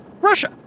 Russia